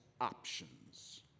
Options